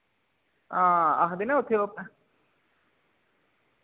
हां आखदे ना उत्थै ओ